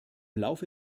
laufe